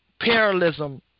parallelism